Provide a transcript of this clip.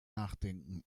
nachdenken